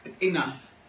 Enough